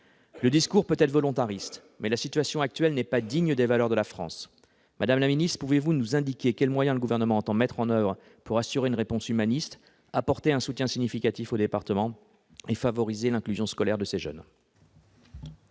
Le discours peut être volontariste, mais la situation actuelle n'est pas digne des valeurs de la France. Pouvez-vous nous indiquer quels moyens le Gouvernement entend mettre en oeuvre pour assurer une réponse humaniste, apporter un soutien significatif aux départements et favoriser l'inclusion scolaire de ces jeunes ?